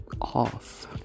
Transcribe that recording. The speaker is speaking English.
off